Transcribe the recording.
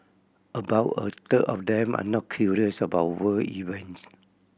about a third of them are not curious about world events